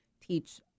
teach